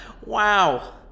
wow